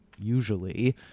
usually